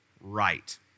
right